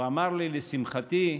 הוא אמר לי, לשמחתי,